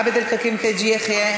עבד אל חכים חאג' יחיא,